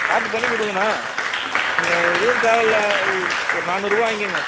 பார்த்து பண்ணி கொடுங்கண்ணா நீங்கள் எதுவும் தேவையில்லை ஒரு நாநூறுபா வாங்கிக்கோங்க